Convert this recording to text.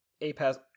A-pass